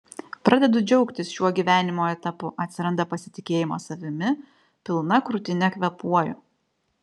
pradedu džiaugtis šiuo gyvenimo etapu atsiranda pasitikėjimo savimi pilna krūtine kvėpuoju